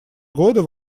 года